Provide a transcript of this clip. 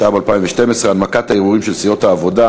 ההצעה עברה ותעבור לוועדת הכנסת שתכריע באיזו ועדה היא תידון,